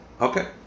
okay